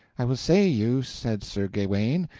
i will say you, said sir gawaine,